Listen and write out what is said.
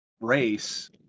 race